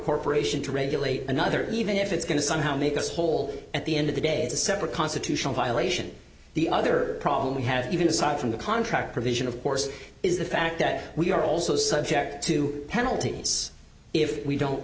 corporation to regulate another even if it's going to somehow make us whole at the end of the day it's a separate constitutional violation the other problem we have even aside from the contract provision of course is the fact that we are also subject to penalties if we don't